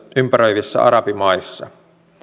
ympäröivissä arabimaissa